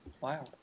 wow